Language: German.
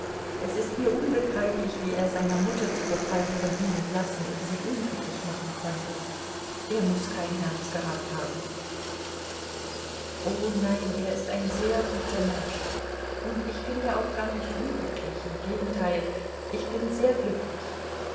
es ist mir unbegreiflich wie er seiner mutter zu gefallen von ihnen lassen und sie unglücklich machen konnte er muß kein herz gehabt haben o nein er ist ein sehr guter mensch und ich bin ja auch gar nicht unglücklich im gegenteil ich bin sehr glücklich